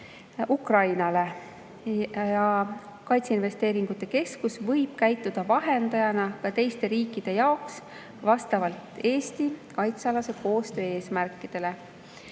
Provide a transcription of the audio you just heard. Ukrainale. Kaitseinvesteeringute keskus võib käituda vahendajana ka teiste riikide jaoks vastavalt Eesti kaitsealase koostöö eesmärkidele.